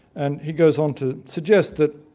and he goes on to suggest that,